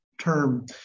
term